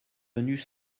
venus